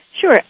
Sure